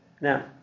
Now